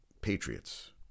Patriots